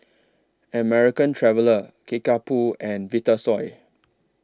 American Traveller Kickapoo and Vitasoy